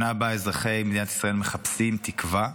שנה שבה אזרחי מדינת ישראל מחפשים תקווה,